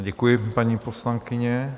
Děkuji, paní poslankyně.